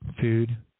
food